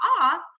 off